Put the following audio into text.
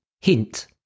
Hint